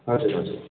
हजुर हजुर